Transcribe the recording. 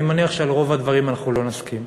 אני מניח שעל רוב הדברים אנחנו לא נסכים,